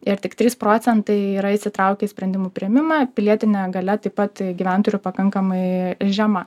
ir tik trys procentai yra įsitraukę į sprendimų priėmimą pilietinė galia taip pat gyventojų yra pakankamai žema